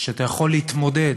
שאתה יכול להתמודד